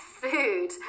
food